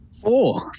Four